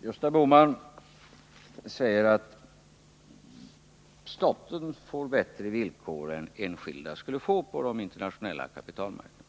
Herr talman! Gösta Bohman säger att staten får bättre villkor än enskilda skulle få på den internationella kapitalmarknaden.